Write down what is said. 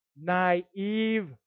naive